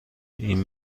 این